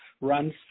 runs